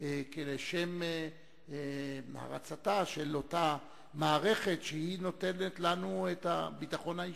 לשם הרצתה של אותה מערכת שהיא שנותנת לנו את הביטחון האישי.